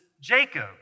Jacob